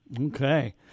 Okay